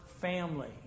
family